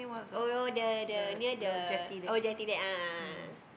oh oh the the near the oh jetty there a'ah a'ah